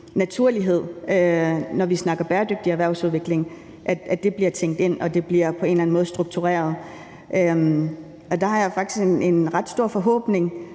naturlighed, når vi snakker bæredygtig erhvervsudvikling, at det bliver tænkt ind, og at det på en eller anden måde bliver struktureret. Og der har jeg faktisk en ret stor forhåbning.